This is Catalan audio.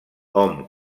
hom